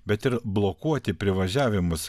bet ir blokuoti privažiavimus